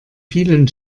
vielen